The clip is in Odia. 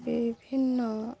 ବିଭିନ୍ନ